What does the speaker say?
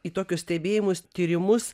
į tokius stebėjimus tyrimus